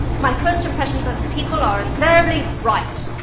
my first impressions of people are invariably right.